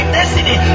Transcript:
destiny